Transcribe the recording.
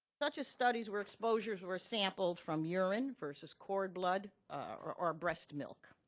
such as studies where exposures were sampled from urine versus cord blood or or breast milk.